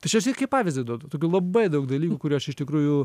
tai čia aš kaip pavyzdį duodu tokių labai daug dalykų kurių aš iš tikrųjų